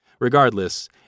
Regardless